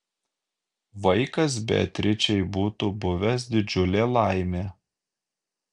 vaikas beatričei būtų buvęs didžiulė laimė